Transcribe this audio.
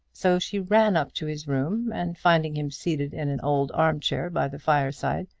so she ran up to his room, and finding him seated in an old arm-chair by the fire-side,